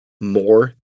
more